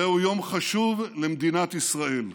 זהו יום חשוב למדינת ישראל.